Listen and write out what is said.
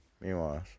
Meanwhile